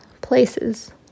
places